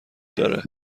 داره